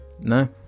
No